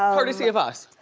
um courtesy of us.